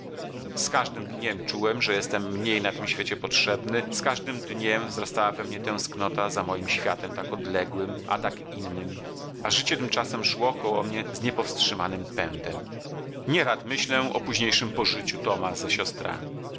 z każdym dniem czułem że jestem mniej na tym świecie potrzebny z każdym dniem wzrastała we mnie tęsknota za moim światem tak odległym a takim innym a życie tymczasem szło koło mnie z niepowstrzymanym pędem nie rad myślę o późniejszem pożyciu toma ze siostrami